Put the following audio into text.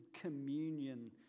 communion